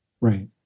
Right